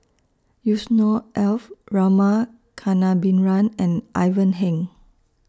Yusnor Ef Rama Kannabiran and Ivan Heng